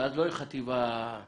אז לא הייתה חטיבת ביניים,